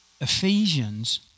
Ephesians